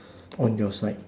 on your side